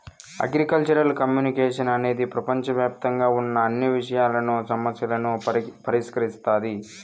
agricultural communication అనేది ప్రపంచవ్యాప్తంగా ఉన్న అన్ని విషయాలను, సమస్యలను పరిష్కరిస్తాది